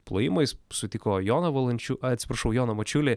plojimais sutiko joną valančiū atsiprašau joną mačiulį